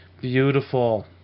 beautiful